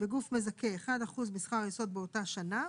"בגוף מזכה - 1% משכר היסוד באותה שנה,